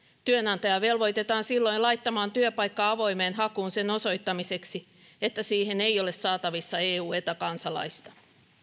työnantaja velvoitetaan silloin laittamaan työpaikka avoimeen hakuun sen osoittamiseksi että siihen ei ole saatavissa eu tai eta kansalaista